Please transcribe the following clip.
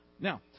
Now